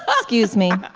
excuse me.